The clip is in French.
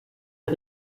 est